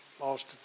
lost